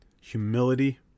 humility